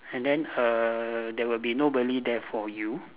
and then err there will be nobody there for you